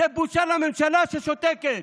זאת בושה לממשלה ששותקת,